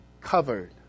covered